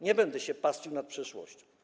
Nie będę się pastwił nad przeszłością.